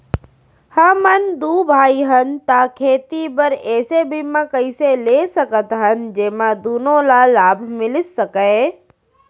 हमन दू भाई हन ता खेती बर ऐसे बीमा कइसे ले सकत हन जेमा दूनो ला लाभ मिलिस सकए?